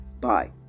bye